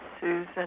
Susan